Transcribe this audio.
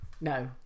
no